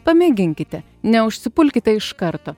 pamėginkite neužsipulkite iš karto